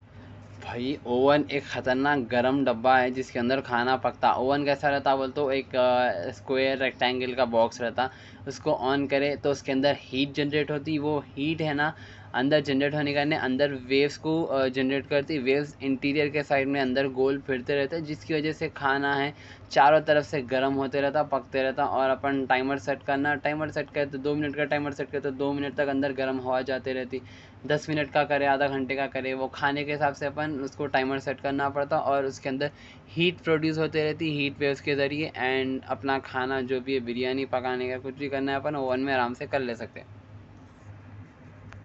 اوون ایک خطرناک گرم ڈبہ ہے، جس کے اندر کھانا پکتا۔ اوون کیسا رہتا بولتا ایک سکوئر ریکٹینگل کا باکس رہتا۔ اس کو آن کرے تو اس کے اندر ہیٹ جنریٹ ہوتی ہے۔ وہ ہیٹ ہے نا، اندر ویوز جنریٹ کرتی ہے۔ ویوز انٹیریر کے سائیڈ میں اندر گول پھرتے رہتے۔ جس کی وجہ سے کھانا چاروں طرف سے گرم ہوتا رہتا، پکتا رہتا۔ اور اپن ٹائمر سیٹ کرنا، دو منٹ کا ٹائمر سیٹ کرنا پڑتا۔ اور اس کے اندر ہیٹ پروڈیوز ہوتی رہتی ہے۔ ہیٹ ویوز کے ذریعے اپنا کھانا جو بھی بریانی پکانے کا کچھ بھی کرنا ہے اپنے اوون میں آرام سے کر لے سکتے ہیں۔